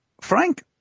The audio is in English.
Frank